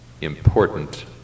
important